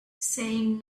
saying